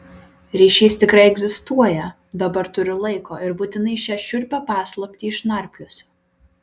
ryšys tikrai egzistuoja dabar turiu laiko ir būtinai šią šiurpią paslaptį išnarpliosiu